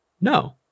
No